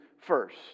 first